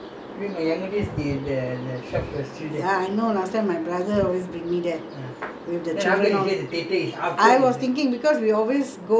ya I know last time my brother always bring me there with the I was thinking because we always go outing means we go eat something in islamic